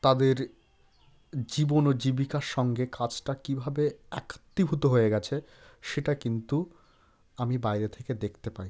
তাদের জীবন ও জীবিকার সঙ্গে কাজটা কীভাবে একাত্মীভূত হয়ে গেছে সেটা কিন্তু আমি বাইরে থেকে দেখতে পাই